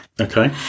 Okay